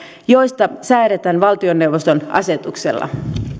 joista säädetään valtioneuvoston asetuksella